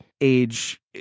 age